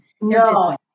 No